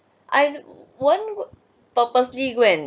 I won't purposely go and